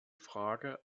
frage